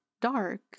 dark